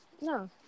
No